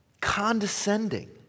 condescending